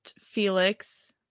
Felix